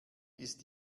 ist